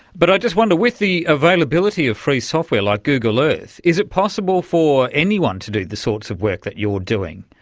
but i just wonder, with the availability of free software like google earth, is it possible for anyone to do the sorts of work that you are doing?